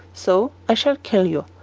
so i shall kill you.